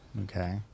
Okay